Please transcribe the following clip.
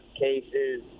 cases